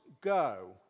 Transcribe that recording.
go